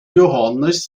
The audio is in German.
johannes